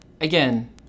again